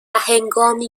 هنگامی